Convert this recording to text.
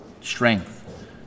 strength